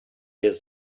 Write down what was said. his